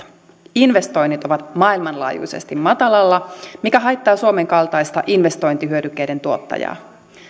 investoinnit ovat maailmanlaajuisesti matalalla mikä haittaa suomen kaltaista investointihyödykkeiden tuottajaa